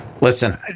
Listen